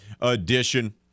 edition